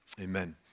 Amen